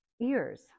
ears